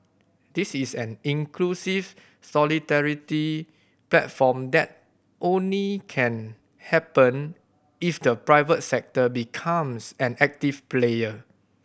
this is an inclusive solidarity platform that only can happen if the private sector becomes an active player